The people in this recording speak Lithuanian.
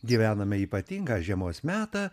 gyvename ypatingą žiemos metą